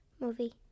Movie